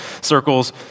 circles